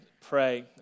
pray